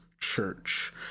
church